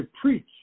preach